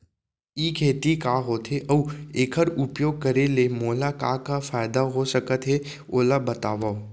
ई खेती का होथे, अऊ एखर उपयोग करे ले मोला का का फायदा हो सकत हे ओला बतावव?